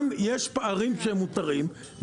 גם יש פערים שהם מותרים,